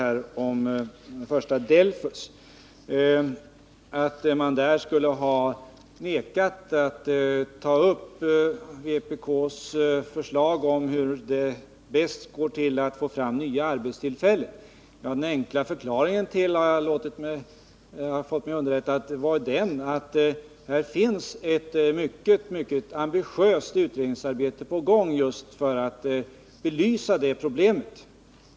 Han framhöll först beträffande DELFUS att man där skulle ha vägrat att ta upp vpk:s förslag om hur man bäst skall skapa nya arbetstillfällen. Den enkla förklaring som jag har fått är att det pågår ett mycket ambitiöst utredningsarbete på annat håll för att belysa detta problem.